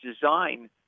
design